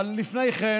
אבל לפני כן,